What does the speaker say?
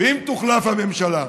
ואם תוחלף הממשלה,